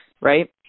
right